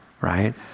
right